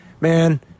man